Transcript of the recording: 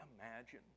imagine